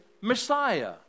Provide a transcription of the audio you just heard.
Messiah